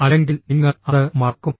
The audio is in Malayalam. അല്ലെങ്കിൽ നിങ്ങൾ അത് മറക്കും